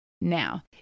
Now